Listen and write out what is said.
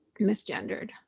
misgendered